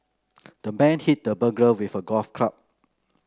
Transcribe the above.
the man hit the burglar with a golf club